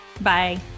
Bye